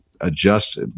adjust